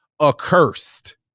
Accursed